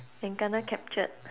and kena captured